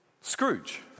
Scrooge